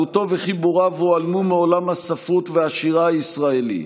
הגותו וחיבוריו הועלמו מעולם הספרות והשירה הישראלי,